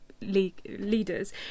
leaders